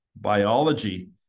biology